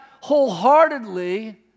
wholeheartedly